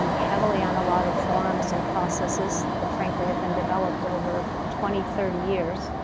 heavily on a lot of forums and processes that frankly have been developed over twenty, thirty years.